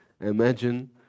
Imagine